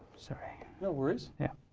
sorry. no worries. yeah.